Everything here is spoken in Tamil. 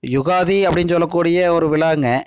யுகாதி அப்படின்னு சொல்லக்கூடிய ஒரு விழாங்க